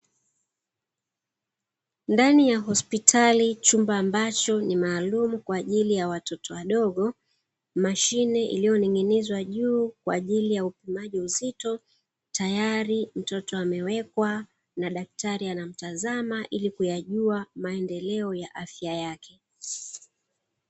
Ndani ya hospitali chumba ambacho ni maalumu kwa ajili ya watoto wadogo, mashine iliyoning'inizwa juu kwa ajili ya upimaji uzito tayari mtoto amewekwa na daktari anamtazama ili kuyajuwa maendeleo ya afya yake.